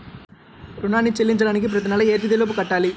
రుణాన్ని చెల్లించడానికి ప్రతి నెల ఏ తేదీ లోపు కట్టాలి?